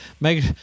Make